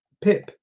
pip